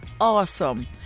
awesome